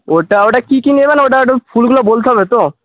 ওটা ওটা কি কি নেবেন ওটা একটু ফুলগুলো বলতে হবে তো